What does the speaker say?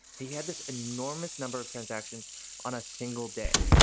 he had this enormous number of transactions on a single day.